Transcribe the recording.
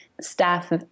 staff